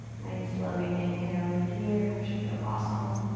nice loving inhale in here. should feel awesome.